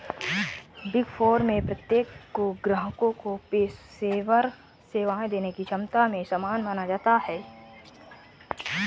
big Four में प्रत्येक को ग्राहकों को पेशेवर सेवाएं देने की क्षमता में समान माना जाता है